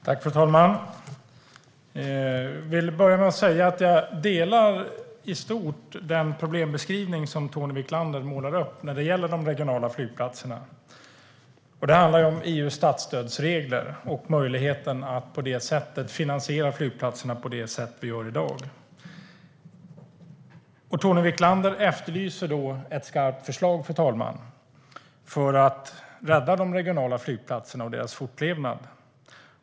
Fru talman! Jag vill börja med att säga att jag i stort delar den problembeskrivning som Tony Wiklander målar upp när det gäller de regionala flygplatserna. Det handlar om EU:s statsstödsregler och möjligheten att finansiera flygplatserna på det sätt som vi gör i dag. Fru talman! Tony Wiklander efterlyser ett skarpt förslag för att rädda de regionala flygplatserna och deras fortlevnad.